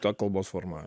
tą kalbos formavimą